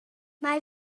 mae